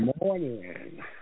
Morning